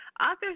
authors